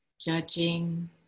judging